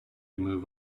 move